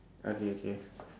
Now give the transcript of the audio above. okay K